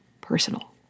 personal